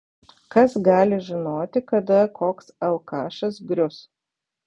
kas gali žinoti kada koks alkašas grius